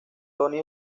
tony